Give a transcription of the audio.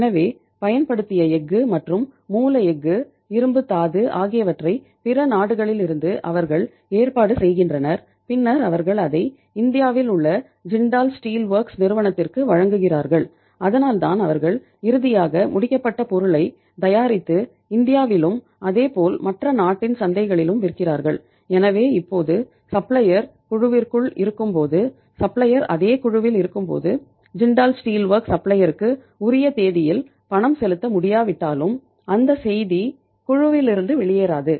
எனவே பயன்படுத்திய எஃகு மற்றும் மூல எஃகு இரும்புத் தாது ஆகியவற்றைப் பிற நாடுகளிலிருந்து அவர்கள் ஏற்பாடு செய்கின்றனர் பின்னர் அவர்கள் அதை இந்தியாவில் உள்ள ஜிண்டால் ஸ்டீல் ஒர்க்ஸ் உரிய தேதியில் பணம் செலுத்த முடியாவிட்டாலும் அந்த செய்தி குழுவிலிருந்து வெளியேறாது